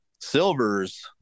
Silver's